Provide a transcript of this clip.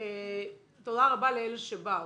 תודה רבה לאלו שבאו.